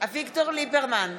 אביגדור ליברמן,